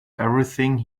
everything